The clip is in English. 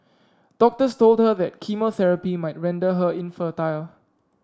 doctors told her that chemotherapy might render her infertile